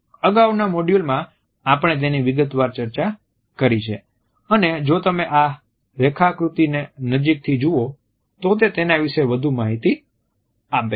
અગાઉના મોડ્યુલમાં આપણે તેની વિગતવાર ચર્ચા કરી છે અને જો તમે આ રેખાકૃતિને નજીકથી જુઓ તો તે તેના વિશેની વધુ માહિતી આપે છે